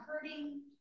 hurting